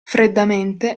freddamente